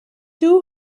two